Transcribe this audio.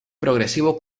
progresivo